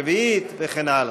רביעית וכן הלאה.